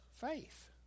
faith